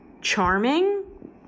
charming